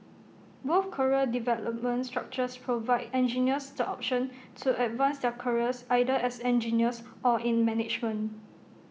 both career development structures provide engineers the option to advance their careers either as engineers or in management